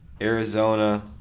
Arizona